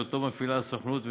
שמפעילה הסוכנות,